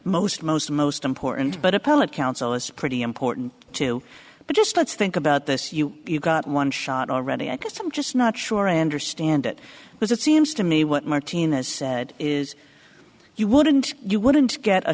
the most most most important but appellate counsel is pretty important too but just let's think about this you got one shot already i guess i'm just not sure i understand it because it seems to me what martinez said is you wouldn't you wouldn't get a